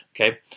Okay